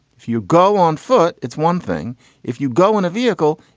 if you go on foot, it's one thing if you go in a vehicle.